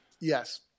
Yes